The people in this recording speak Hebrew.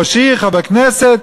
ראש עיר, חבר כנסת.